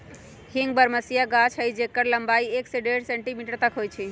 हींग बरहमसिया गाछ होइ छइ जेकर लम्बाई एक से डेढ़ सेंटीमीटर तक होइ छइ